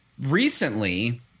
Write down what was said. recently